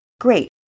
Great